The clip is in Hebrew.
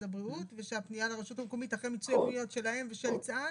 הבריאות ושהפנייה לרשות המקומית אחרי מיצוי יכולות שלהם ושל צה"ל.